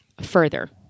further